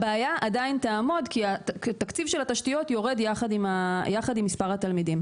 הבעיה עדיין תעמוד כי תקציב של התשתיות יורד יחד עם מס' התלמידים.